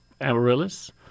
amaryllis